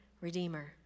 redeemer